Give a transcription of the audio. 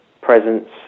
presence